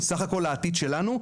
סך הכול, העתיד שלנו.